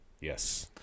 Yes